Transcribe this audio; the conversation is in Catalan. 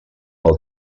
del